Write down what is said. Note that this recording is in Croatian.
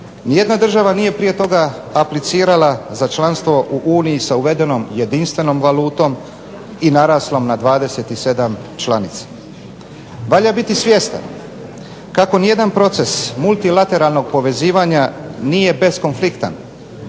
Nijedna država nije prije toga aplicirala za članstvo u Uniji sa uvedenom jedinstvenom valutom i naraslom na 27 članica. Valja biti svjestan kako nijedan proces multilateralnog povezivanja nije beskonfliktan,